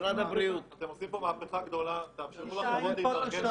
אתם עושים פה מהפכה גדולה, תאפשרו לנו להתארגן.